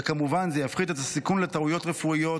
וכמובן זה יפחית את הסיכון לטעויות רפואיות